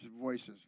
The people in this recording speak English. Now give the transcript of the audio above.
voices